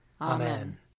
Amen